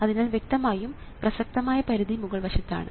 അതിനാൽ വ്യക്തമായും പ്രസക്തമായ പരിധി മുകൾ വശത്താണ്